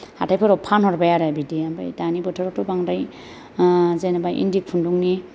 हाथायफोराव फानहरबाय आरो बिदि ओमफ्राय दानि बोथोरावथ' बांद्राय जेनेबा इन्दि खुन्दुंनि